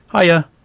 Hiya